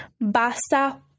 Basta